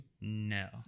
No